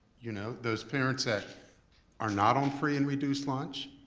you know those parents that are not on free and reduced lunch,